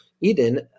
Eden